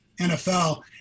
NFL